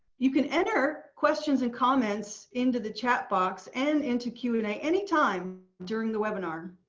you can enter questions and comments into the chat box and into q and a anytime during the webinar.